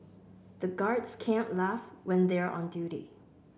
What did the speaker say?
the guards can't laugh when they are on duty